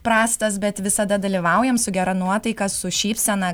prastas bet visada dalyvaujam su gera nuotaika su šypsena